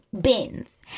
bins